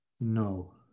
No